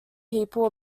people